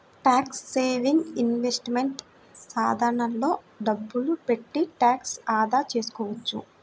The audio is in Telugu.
ట్యాక్స్ సేవింగ్ ఇన్వెస్ట్మెంట్ సాధనాల్లో డబ్బులు పెట్టి ట్యాక్స్ ఆదా చేసుకోవచ్చు